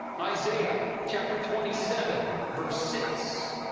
isaiah, chapter twenty seven, verse six.